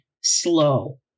slow